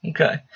Okay